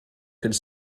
could